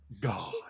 God